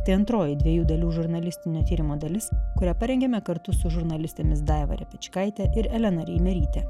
tai antroji dviejų dalių žurnalistinio tyrimo dalis kurią parengėme kartu su žurnalistėmis daiva repečkaitė ir elena reimerytė